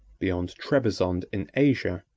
beyond trebizond in asia,